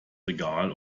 regal